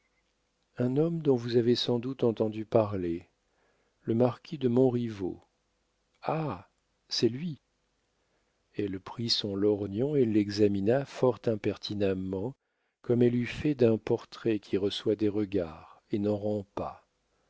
un homme dont vous avez sans doute entendu parler le marquis de montriveau ah c'est lui elle prit son lorgnon et l'examina fort impertinemment comme elle eût fait d'un portrait qui reçoit des regards et n'en rend pas